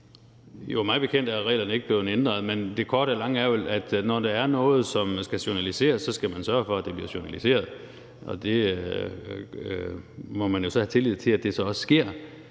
Mig bekendt er reglerne ikke blevet ændret. Men det korte af det lange er vel, at når der er noget, som skal journaliseres, så skal man sørge for, at det bliver journaliseret. Man må jo have tillid til, at det så også sker.